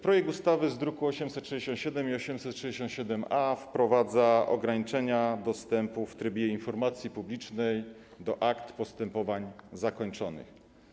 Projekt ustawy z druków nr 867 i 867-A wprowadza ograniczenia dostępu w trybie informacji publicznej do akt postępowań zakończonych.